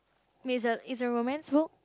is a is a romance book